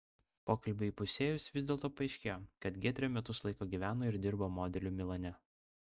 pokalbiui įpusėjus vis dėlto paaiškėjo kad giedrė metus laiko gyveno ir dirbo modeliu milane